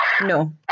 No